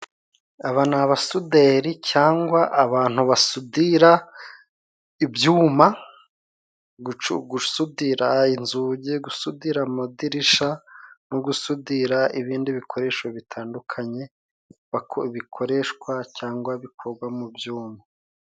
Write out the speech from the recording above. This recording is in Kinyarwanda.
Aba ni abasuderi cyangwa abantu basudira ibyuma; gusudira inzugi, gusudira amadirisha, no gusudira ibindi bikoresho bitandukanye bikoreshwa cyangwa bikorwa mu byuma.